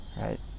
right